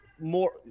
more